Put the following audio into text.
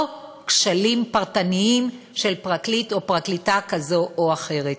כשלים פרטניים של פרקליט או פרקליטה כזאת או אחרת.